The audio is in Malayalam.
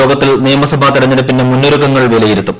യോഗത്തിൽ നിയമസഭാ തെർഞ്ഞ്ടുപ്പിന്റെ മുന്നൊരുക്കങ്ങൾ വിലയിരുത്തും